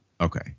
Okay